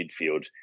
midfield